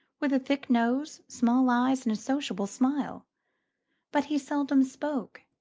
with a thick nose, small eyes and a sociable smile but he seldom spoke,